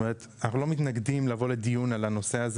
אנחנו לא מתנגדים לבוא לדיון על הנושא הזה